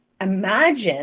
imagine